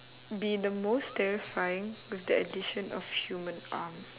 be the most terrifying with the addition of human arms